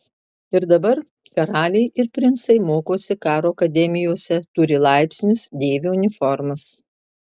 ir dabar karaliai ir princai mokosi karo akademijose turi laipsnius dėvi uniformas